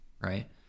right